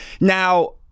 Now